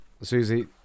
Susie